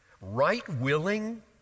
Right-willing